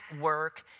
work